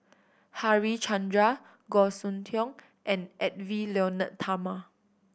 Harichandra Goh Soon Tioe and Edwy Lyonet Talma